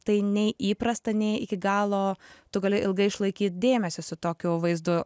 tai nei įprasta nei iki galo tu gali ilgai išlaikyt dėmesį su tokiu vaizdu